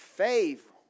Faith